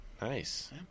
Nice